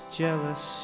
jealous